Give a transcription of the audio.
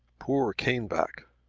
poor caneback